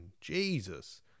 Jesus